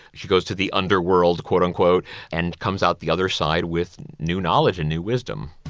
she goes to the underworld quote unquote and comes out the other side with new knowledge and new wisdom.